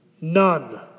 none